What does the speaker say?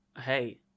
hey